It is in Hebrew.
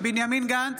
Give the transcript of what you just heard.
בנימין גנץ,